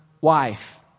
wife